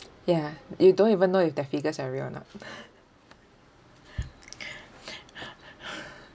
ya you don't even know if their figures are real not